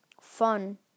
fun